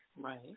Right